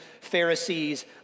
Pharisees